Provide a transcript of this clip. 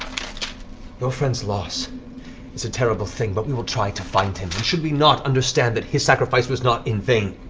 your friend's loss is a terrible thing, but we will try to find him and should we not, understand that his sacrifice was not in vain.